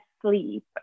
sleep